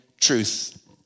truth